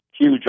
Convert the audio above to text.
huge